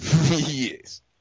Yes